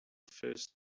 first